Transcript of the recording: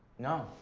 no,